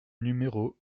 numéro